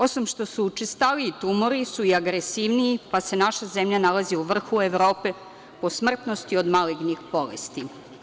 Osim što su učestaliji, tumori su i agresivniji, pa se naša zemlja nalazi u vrhu Evropi po smrtnosti od malignih bolesti.